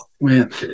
man